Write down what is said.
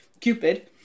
Cupid